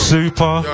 Super